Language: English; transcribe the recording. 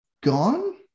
gone